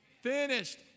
Finished